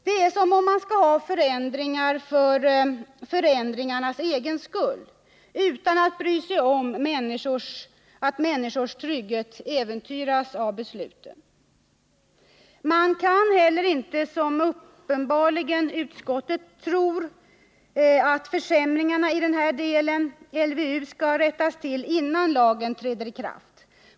Det är som om man måste ha förändringar för förändringarnas egen skull — man bryr sig inte om att människors trygghet äventyras av besluten. Man kan heller inte, som utskottet uppenbarligen tror, komma till rätta med försämringarna i denna del innan lagen träder i kraft.